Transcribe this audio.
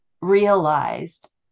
realized